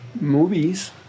Movies